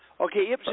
Okay